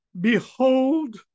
behold